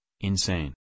insane